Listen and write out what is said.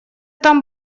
там